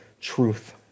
truth